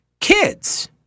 kids